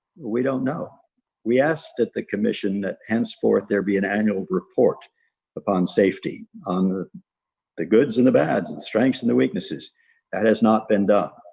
we don't know we asked at the commission that henceforth there be an annual report upon safety on the the goods and the bads the and strengths and the weaknesses that has not been done